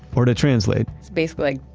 or to translate basically like,